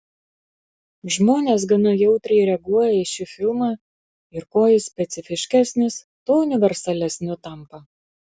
žmonės gana jautriai reaguoja į šį filmą ir kuo jis specifiškesnis tuo universalesniu tampa